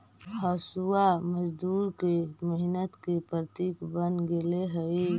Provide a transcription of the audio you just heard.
हँसुआ मजदूर के मेहनत के प्रतीक बन गेले हई